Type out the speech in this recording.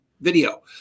video